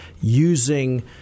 using